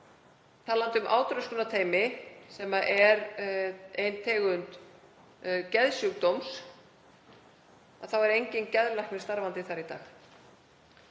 og átröskun sem er ein tegund geðsjúkdóma, þá er enginn geðlæknir starfandi þar í dag.